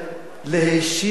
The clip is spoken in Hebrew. להישיר מבט